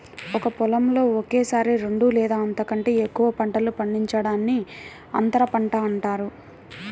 ఒకే పొలంలో ఒకేసారి రెండు లేదా అంతకంటే ఎక్కువ పంటలు పండించడాన్ని అంతర పంట అంటారు